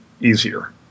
easier